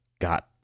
got